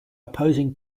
opposing